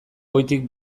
goitik